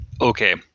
Okay